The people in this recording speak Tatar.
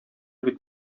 бит